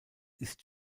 ist